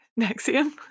nexium